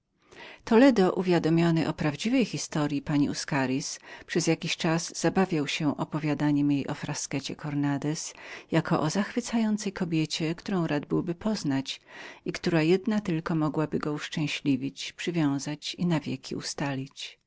toledo uwiadomiony o prawdziwej historyi pani uscaritz przez jakiś czas zabawiał się rozpowiadaniem jej o fraskecie cornandez jako o zachwycającej kobiecie którą rad byłby poznać i która sama tylko mogła była go uszczęśliwić przywiązać i na wieki ustalić